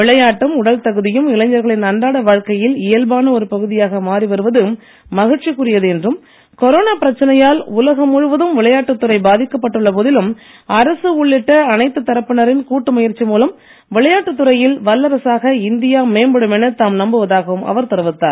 விளையாட்டும் உடல் தகுதியும் இளைஞர்களின் அன்றாட வாழ்க்கையில் இயல்பான ஒரு பகுதியாக மாறி வருவது மகிழ்ச்சிக்குரியது என்றும் கொரோனா பிரச்சனையால் உலகம் முழுவதும் விளையாட்டுத் துறை பாதிக்கப்பட்டுள்ள போதிலும் அரசு உள்ளிட்ட அனைத்து தரப்பினரின் கூட்டு முயற்சி மூலம் விளையாட்டுத் துறையில் வல்லரசாக இந்தியா மேம்படும் என தாம் நம்புவதாகவும் அவர் தெரிவித்தார்